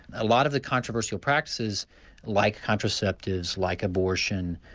a lot of the controversial practices like contraceptives, like abortion,